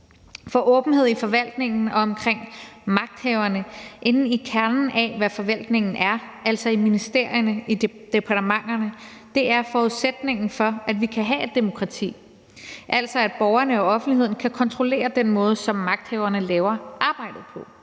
For åbenhed i forvaltningen og omkring magthaverne inde i kernen af, hvad forvaltningen er, altså i ministerierne og i departementerne, er forudsætningen for, at vi kan have et demokrati, altså at borgerne og offentligheden kan kontrollere den måde, som magthaverne laver arbejdet på.